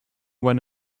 when